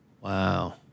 Wow